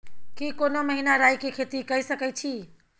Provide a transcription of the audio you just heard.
की कोनो महिना राई के खेती के सकैछी?